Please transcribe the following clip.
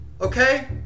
Okay